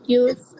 use